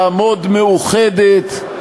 לעמוד מאוחדת,